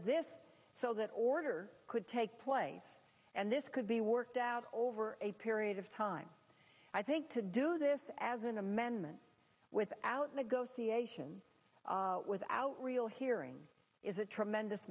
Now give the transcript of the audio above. this so that order could take place and this could be worked out over a period of time i think to do this as an amendment without negotiation without real hearing is a tremendous